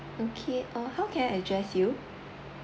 okay uh how can I address you